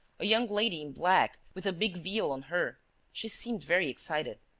a young lady in black, with a big veil on her she seemed very excited.